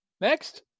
next